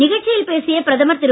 நிகழ்ச்சியில் பேசிய பிரதமர் திரு